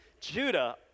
Judah